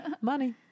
money